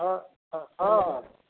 ହଁ ହଁ ହଁ ହଁ